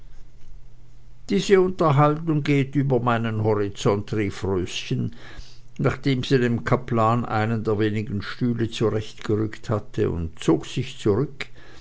diese unterhaltung geht über meinen horizont rief röschen nachdem sie dem kaplan einen der wenigen stühle zugerückt hatte und zog sich zurück